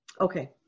Okay